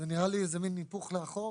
זה נראה לי איזה מין היפוך לאחור,